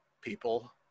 people